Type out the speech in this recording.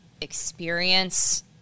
experience